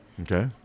Okay